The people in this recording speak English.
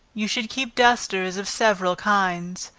you should keep dusters of several kinds.